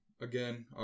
Again